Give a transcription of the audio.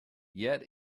yet